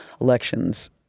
elections